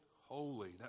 holy